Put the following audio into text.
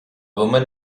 woman